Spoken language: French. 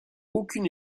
aucune